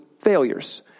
failures